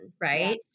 right